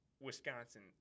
wisconsin